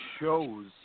shows